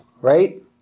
right